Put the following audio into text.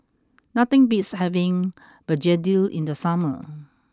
nothing beats having Begedil in the summer